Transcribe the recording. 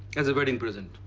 as a wedding present.